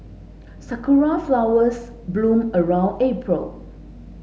sakura flowers bloom around April